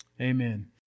Amen